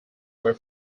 were